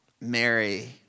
Mary